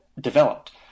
developed